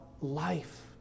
life